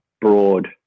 broad